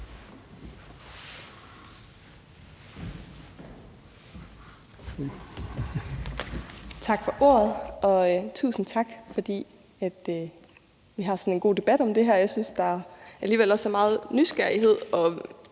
Tak for ordet. Og tusind tak, fordi vi har sådan en god debat om det her. Jeg synes, at der alligevel også er meget nysgerrighed